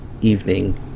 evening